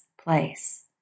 place